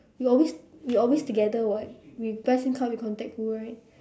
we always we always together [what] we buy SIM card we contact who right